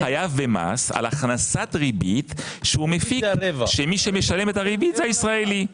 הזר חייב במס על הכנסת ריבית שהוא מפיק שמי שמשלם את הריבית זה הישראלי.